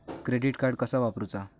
Credit card कसा वापरूचा?